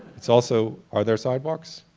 it's also are there sidewalks,